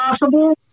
possible